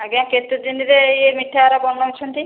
ଆଜ୍ଞା କେତେଦିନରେ ଏ ମିଠା ଆର ବନଉଛନ୍ତି